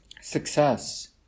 success